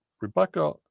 Rebecca